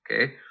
okay